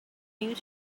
you